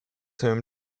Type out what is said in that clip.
home